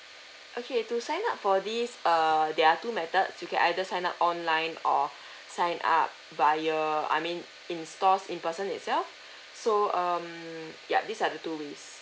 okay to sign up for this err there are two method you can either sign up online or sign up via I mean in stores in person itself so um yup these are the two ways